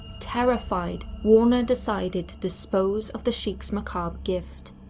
terrified, warner decided dispose of the sheikh's macabre gift.